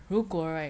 mmhmm